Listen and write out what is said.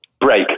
Break